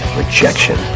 rejection